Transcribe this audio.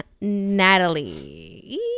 Natalie